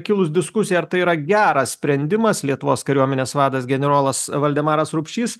kilus diskusijai ar tai yra geras sprendimas lietuvos kariuomenės vadas generolas valdemaras rupšys